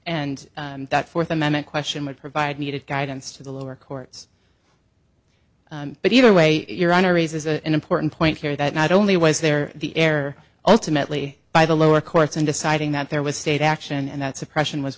and that fourth amendment question would provide needed guidance to the lower courts but either way your honor raises an important point here that not only was there the error ultimately by the lower courts in deciding that there was state action and that suppression was